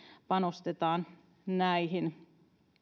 panostetaan näihin